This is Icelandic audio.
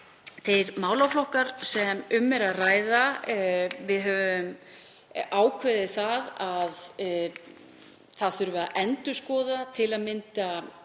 þeim málaflokkum sem um er að ræða höfum við ákveðið að það þurfi að endurskoða til að mynda